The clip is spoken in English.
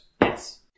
Yes